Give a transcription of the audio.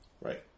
Right